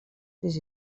this